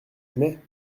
aimaient